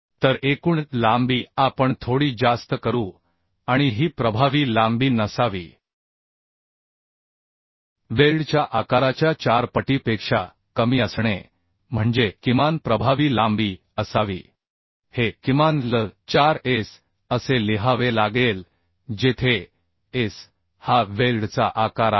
तर एकूण लांबी आपण थोडी जास्त करू आणि ही प्रभावी लांबी नसावी वेल्डच्या आकाराच्या चार पटीपेक्षा कमी असणे म्हणजे किमान प्रभावी लांबी असावी हे किमान l 4S असे लिहावे लागेल जेथे S हा वेल्डचा आकार आहे